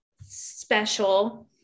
special